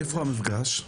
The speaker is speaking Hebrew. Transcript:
איפה המפגש?